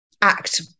act